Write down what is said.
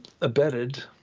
abetted